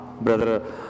brother